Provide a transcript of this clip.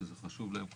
שזה חשוב להם כל-כך.